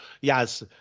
Yes